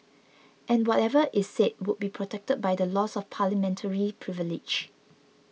and whatever is said would be protected by the laws of Parliamentary privilege